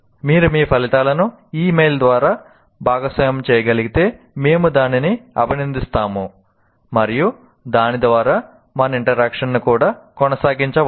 మీరు మీ ఫలితాలను ఈ మెయిల్లో భాగస్వామ్యం చేయగలిగితే మేము దానిని అభినందిస్తున్నాము మరియు దాని ద్వారా మన ఇంటరాక్షన్ ను కూడా కొనసాగించవచ్చు